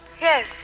Yes